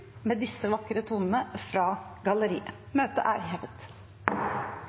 med disse vakre tonene fra galleriet. – Møtet er hevet.